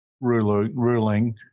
ruling